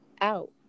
out